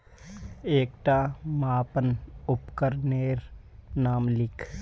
एकटा मापन उपकरनेर नाम लिख?